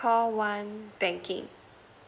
call one banking